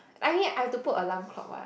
I mean I have to put alarm clock what